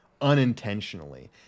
unintentionally